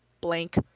blank